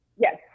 Yes